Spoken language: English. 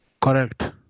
Correct